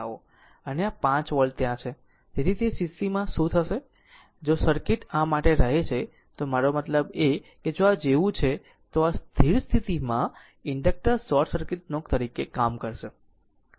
અને આ 5 વોલ્ટ ત્યાં છે અને તે સ્થિતિમાં શું થશે અને જો સર્કિટ એ માટે રહે છે તો મારો મતલબ કે જો તે આ જેવું છે તો સ્થિર સ્થિતિમાં ઇન્ડક્ટર શોર્ટ સર્કિટ નો તરીકે કામ કરશે